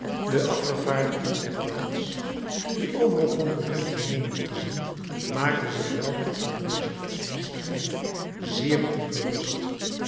de afgevaardigde der plaats die overal concurrenten meende te zien maakte zich weldra over deze godsdienstigheid zeer ongerust